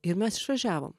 ir mes išvažiavom